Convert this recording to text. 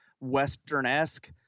Western-esque